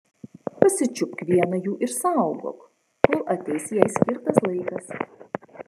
pasičiupk vieną jų ir saugok kol ateis jai skirtas laikas